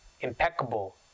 impeccable